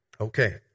Okay